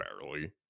Barely